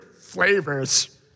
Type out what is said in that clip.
flavors